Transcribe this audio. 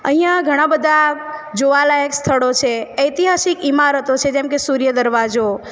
અહિયાં ઘણાં બધાં જોવાંલાયક સ્થળો છે ઐતિહાસિક ઇમારતો છે જેમ કે સુર્ય દરવાજો